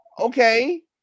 okay